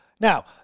Now